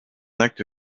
acte